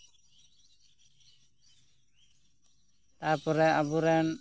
ᱛᱟᱯᱚᱨᱮ ᱟᱵᱚᱨᱮᱱ